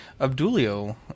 Abdulio